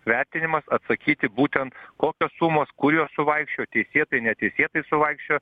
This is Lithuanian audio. vertinimas atsakyti būtent kokios sumos kur jos suvaikščiojo tikėtai netikėtai suvaikščiojo